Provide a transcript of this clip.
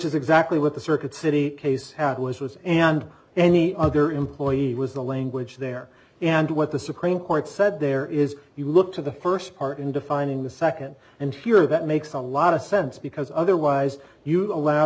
is exactly what the circuit city case that was was and any other employee was the language there and what the supreme court said there is if you look to the first part in defining the second and here that makes a lot of sense because otherwise you allow